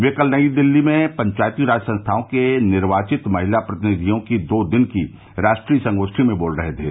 ये कल नई दिल्ली में पंचायती राज संस्थाओं के निर्वाचित महिला प्रतिनिधियों की दो दिन की राष्ट्रीय संगोष्ठी में बोल रहे थे